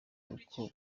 uko